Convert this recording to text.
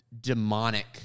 demonic